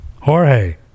Jorge